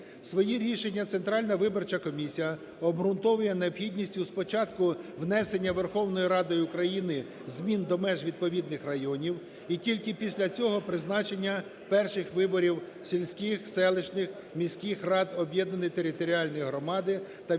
Свої рішення Центральна виборча комісія обґрунтовує необхідністю спочатку внесення Верховною Радою України змін до меж відповідних районів і тільки після цього призначення перших виборів сільських, селищних, міських рад об'єднаної територіальної громади та